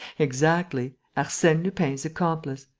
exactly, arsene lupin's accomplice.